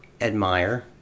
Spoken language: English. admire